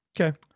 Okay